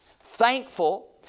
thankful